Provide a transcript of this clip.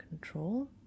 control